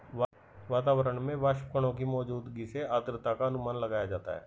वातावरण में वाष्पकणों की मौजूदगी से आद्रता का अनुमान लगाया जाता है